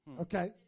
Okay